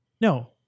no